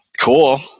cool